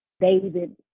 David